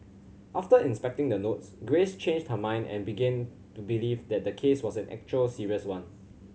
after inspecting the notes Grace changed her mind and began to believe that the case was an actual serious one